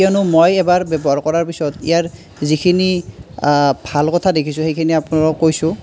কিয়নো মই এবাৰ ব্য়ৱহাৰ কৰাৰ পিছত ইয়াৰ যিখিনি ভাল কথা দেখিছোঁ সেইখিনি আপোনালোকক কৈছোঁ